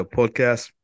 podcast